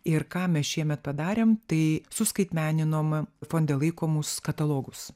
ir ką mes šiemet padarėm tai suskaitmeninom fonde laikomus katalogus